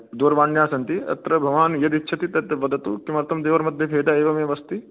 दूरवाण्यः सन्ति अत्र भवान् यद् इच्छति तद् वदतु किमर्थं द्वयोर्मध्ये भेदः एवमेव अस्ति